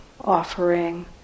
offering